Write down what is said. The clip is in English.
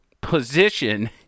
position